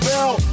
Bell